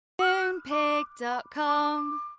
Moonpig.com